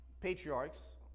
patriarchs